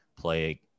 play